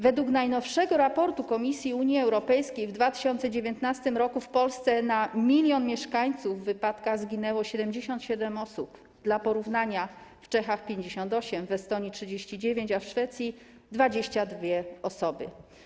Według najnowszego raportu Komisji Unii Europejskiej w 2019 r. w Polsce na 1 mln mieszkańców w wypadkach zginęło 77 osób, dla porównania w Czechach - 58, w Estonii - 39, a w Szwecji - 22 osoby.